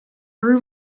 are